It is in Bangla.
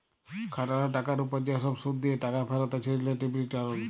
খাটাল টাকার উপর যে সব শুধ দিয়ে টাকা ফেরত আছে রিলেটিভ রিটারল